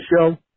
show